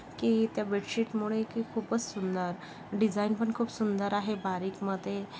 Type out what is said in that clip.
की त्या बेडशीटमुळे की खूपच सुंदर डिझाईन पण खूप सुंदर आहे बारीकमध्ये